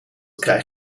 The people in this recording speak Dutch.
krijg